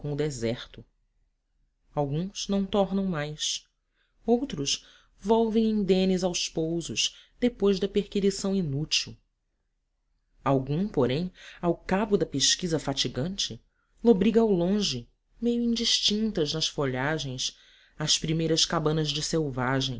deserto alguns não tornam mais outros volvem indenes aos pousos depois da perquirição inútil algum porém ao cabo da pesquisa fatigante lobriga ao longe meio indistintas nas folhagens as primeiras cabanas do selvagem